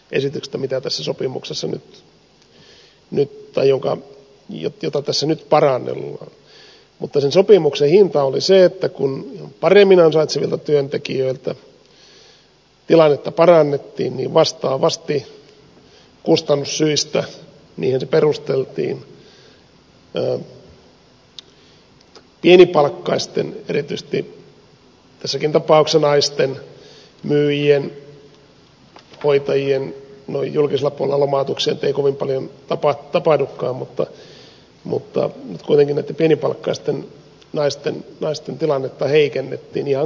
esitystä mikäpä sopimukse samanlaisesta esityksestä kuin mitä tässä sopimuksessa nyt parannellaan mutta sen sopimuksen hinta oli se että kun paremmin ansaitsevilta työntekijöiltä tilannetta parannettiin vastaavasti kustannussyistä niinhän se perusteltiin pienipalkkaisten erityisesti tässäkin tapauksessa naisten myyjien hoitajien no julkisella puolella lomautuksia nyt ei kovin paljon tapahdukaan mutta nyt kuitenkin näitten pienipalkkaisten naisten tilannetta heikennettiin ihan konkreettisesti